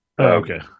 Okay